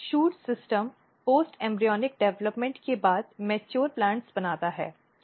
shoot system post embryonic विकास के बाद परिपक्व पौधे बनाता है